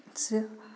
स्य